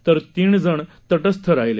तर तीन जण तटस्थ राहिले